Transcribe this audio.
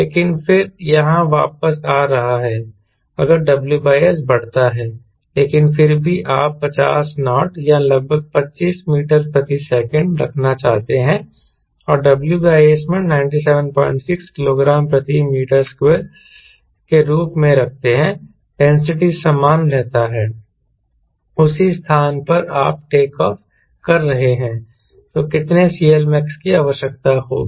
लेकिन फिर यहां वापस आ रहा है अगर WS बढ़ता है लेकिन फिर भी आप 50 नॉट या लगभग 25 मीटर प्रति सेकंड रखना चाहते हैं और WS में 976 किलोग्राम प्रति मीटर स्क्वायर के रूप में रखते हैं डेंसिटी समान रहता है उसी स्थान पर आप टेक ऑफ कर रहे हैं तो कितने CLmax की आवश्यकता होगी